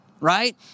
right